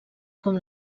com